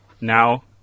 now